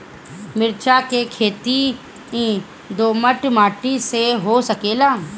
मिर्चा के खेती दोमट माटी में हो सकेला का?